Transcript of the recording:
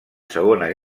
segona